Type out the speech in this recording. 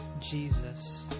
Jesus